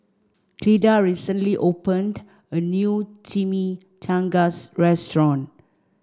Clyda recently opened a new Chimichangas restaurant